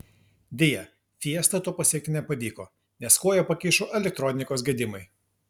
deja fiesta to pasiekti nepavyko nes koją pakišo elektronikos gedimai